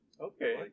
Okay